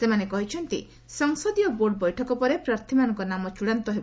ସେମାନେ କହିଛନ୍ତି ସଂସଦୀୟ ବୋର୍ଡ଼ ବୈଠକ ପରେ ପ୍ରାର୍ଥୀମାନଙ୍କ ନାମ ଚୃଡ଼ାନ୍ତ ହେବ